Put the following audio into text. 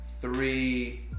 three